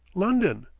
london,